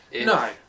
No